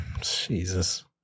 Jesus